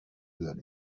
داری